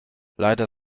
leider